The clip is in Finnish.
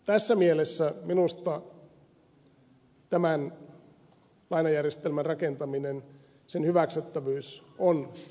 tässä mielessä minusta tämän lainajärjestelmän rakentamisen hyväksyttävyys on hieman kyseenalaista